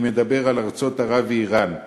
אני מדבר על ארצות ערב ואיראן.